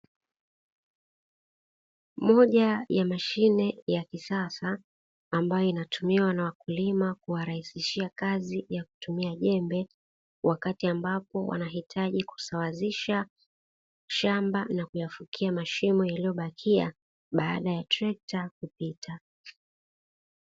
Moja ya mashine ya kisasa, ambayo inatumiwa na wakulima kuwarahisishia kazi ya kutumia jembe, wakati ambapo wanahitaji kusawazisha mashamba na kufukia mashimo yaliyobakia, baada ya trekta kupita.